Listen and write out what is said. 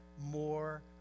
more